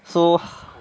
so